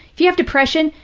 if you have depression,